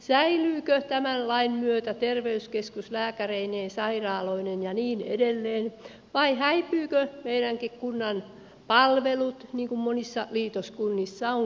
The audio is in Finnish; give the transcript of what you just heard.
säilyykö tämän lain myötä terveyskeskus lääkäreineen sairaaloineen ja niin edelleen vai häipyvätkö meidänkin kunnan palvelut niin kuin monissa liitoskunnissa on käynyt aikanaan